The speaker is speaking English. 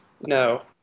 No